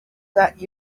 that